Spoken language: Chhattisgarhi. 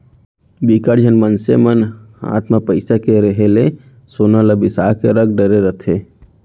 बिकट झन मनसे मन हात म पइसा के रेहे ले सोना ल बिसा के रख डरे रहिथे